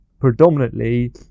predominantly